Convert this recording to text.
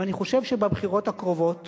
ואני חושב שבבחירות הקרובות